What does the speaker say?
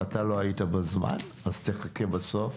ואתה לא היית בזמן, אז תחכה בסוף.